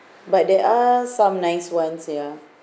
but there are some nice ones ya